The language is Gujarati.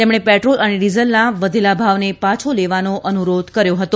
તેમણે પેટ્રોલ અને ડિઝલની વઘેલા ભાવને પાછો લેવાનો અનુરોધ કર્યો હતો